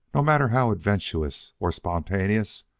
no matter how adventitious or spontaneous,